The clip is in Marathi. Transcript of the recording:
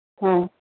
हां